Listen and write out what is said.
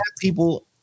people